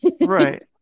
Right